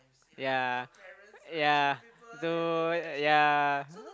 yea yea to yea